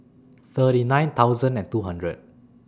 thirty nine thousand and two hundred